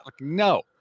No